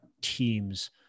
teams